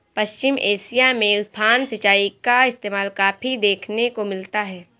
पश्चिम Asia में उफान सिंचाई का इस्तेमाल काफी देखने को मिलता है